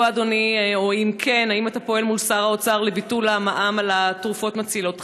והאם אתה פועל מול שר האוצר לביטול מע"מ על התרופות מצילות חיים?